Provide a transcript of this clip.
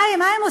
מה הם עושים?